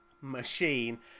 machine